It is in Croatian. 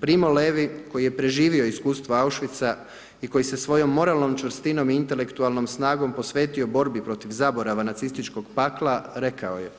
Primo Levi, koji je preživio iskustvo Auschwitza i koji se svojom moralnom čvrstinom i intelektualnom snagom posvetio borbi protiv zaborava nacističkog pakla, rekao je: